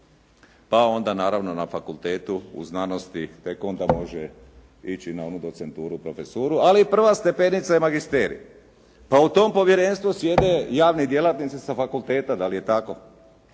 pa onda naravno na fakultetu, u znanosti tek onda može ići na onu docenturu, profesuru. Ali prva stepenica je magisterij. A u tom povjerenstvu sjede javni djelatnici sa fakulteta. Da li je tako?